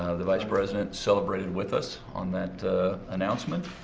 the vice president celebrated with us on that announcement.